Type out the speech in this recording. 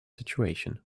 situation